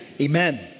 Amen